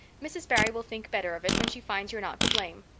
mrs. barry will think better of it when she finds you're not to blame.